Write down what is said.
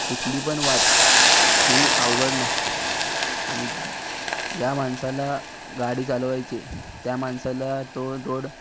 कुठली पण वाट ही अवघड नसते आणि ज्या मानसाला गाडी चालवायची त्या मानसाला तो रोड